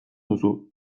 duzu